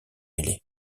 ailé